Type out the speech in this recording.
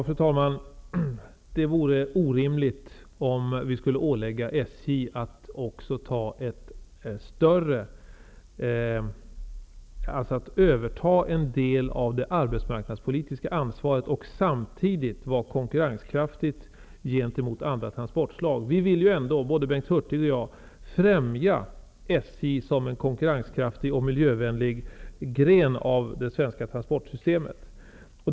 Fru talman! Det vore orimligt att ålägga SJ att överta en del av det arbetsmarknadspolitiska ansvaret samtidigt som järnvägen skall vara konkurrenskraftig gentemot andra transportslag. Både Bengt Hurtig och jag vill ju ändå främja SJ som en konkurrenskraftig och miljövänlig gren av det svenska transportsystemet.